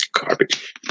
Garbage